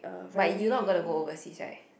but you not gonna go overseas right